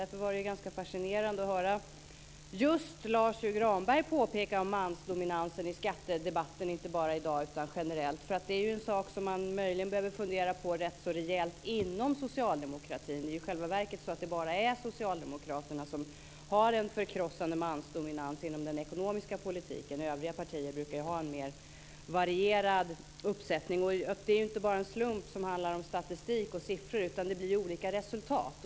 Därför var det ganska fascinerande att höra just Lars U Granberg påpeka mansdominansen i skattedebatten inte bara i dag, utan generellt. Det är en sak som man möjligen behöver fundera på rätt så rejält inom socialdemokratin. I själva verket är det bara Socialdemokraterna som har en förkrossande mansdominans inom den ekonomiska politiken. Övriga partier brukar ha en mer varierad uppsättning. Det är inte bara en slump som handlar om statistik och siffror, utan det blir olika resultat.